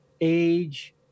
age